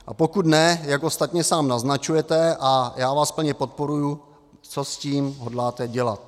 A pokud ne, jak ostatně sám naznačujete, a já vás plně podporuji, co s tím hodláte dělat?